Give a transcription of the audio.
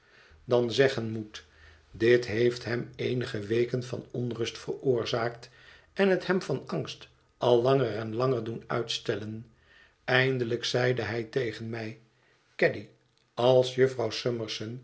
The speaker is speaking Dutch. dan zeggen moet dit heeft hem eenige weken van onrust veroorzaakt en het hem van angst al langer en langer doen uitstellen eindelijk zeide hij tegen mij caddy als jufvrouw summerson